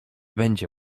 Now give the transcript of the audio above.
będzie